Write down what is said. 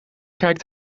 kijkt